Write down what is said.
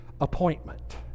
appointment